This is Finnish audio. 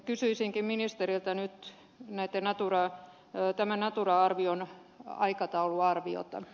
kysyisinkin ministeriltä nyt tämän natura arvion aikatauluarviota